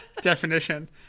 Definition